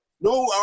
no